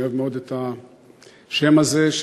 אני אוהב מאוד את השם הזה,